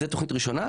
זו תכנית ראשונה.